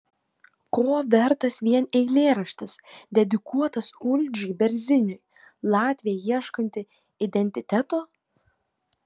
ko vertas vien eilėraštis dedikuotas uldžiui berziniui latvė ieškanti identiteto